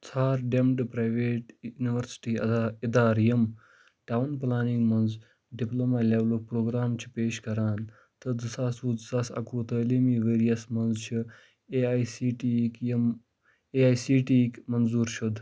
ژھار deemed private university اِدارٕ یِم ٹاوُن پٕلانِنٛگ مَنٛز ڈِپلومہ لیولُک پرٛوگرام چھِ پیش کران تہٕ زٕ ساس وُہ زٕ ساس اکہٕ وُہ تعلیٖمی ؤرۍ یَس مَنٛز چھِ اے آی سی ٹی یِکۍ یِم اے آی سی ٹی یِکۍ منظوٗر شُدہ